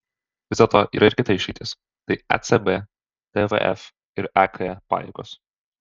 vis dėlto yra ir kita išeitis tai ecb tvf ir ek pajėgos